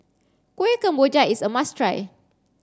Kueh Kemboja is a must try